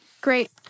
Great